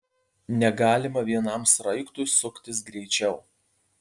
negalima vienam sraigtui suktis greičiau